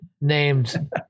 named